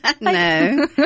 No